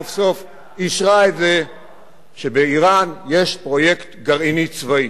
סוף-סוף אישרה את זה שבאירן יש פרויקט גרעיני צבאי.